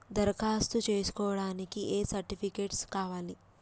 దరఖాస్తు చేస్కోవడానికి ఏ సర్టిఫికేట్స్ కావాలి?